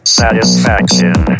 satisfaction